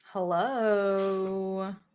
Hello